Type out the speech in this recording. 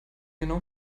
genau